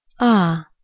Ah